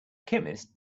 chemist